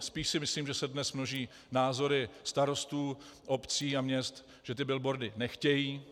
Spíš si myslím, že se dnes množí názory starostů, obcí a měst, že ty billboardy nechtějí,